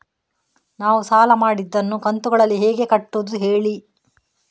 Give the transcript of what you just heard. ನಾವು ಸಾಲ ಮಾಡಿದನ್ನು ಕಂತುಗಳಲ್ಲಿ ಹೇಗೆ ಕಟ್ಟುದು ಹೇಳಿ